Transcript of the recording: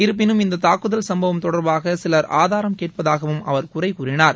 இருப்பினும் இந்தத் தாக்குதல் சம்பவம் தொடர்பாக சிலர் ஆதாரம் கேட்பதாகவும் அவர் குறை கூறினார்